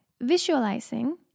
visualizing